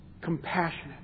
compassionate